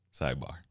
Sidebar